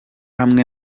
hamwe